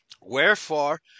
Wherefore